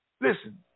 Listen